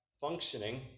functioning